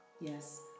Yes